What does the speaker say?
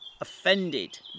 offended